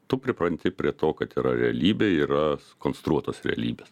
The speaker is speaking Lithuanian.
tu pripranti prie to kad yra realybė yra sukonstruotos realybės